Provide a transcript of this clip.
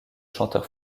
chanteur